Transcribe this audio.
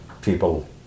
people